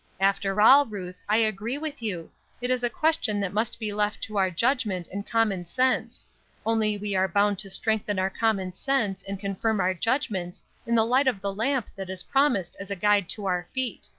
after all, ruth, i agree with you it is a question that must be left to our judgment and common sense only we are bound to strengthen our common sense and confirm our judgments in the light of the lamp that is promised as a guide to our feet.